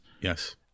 Yes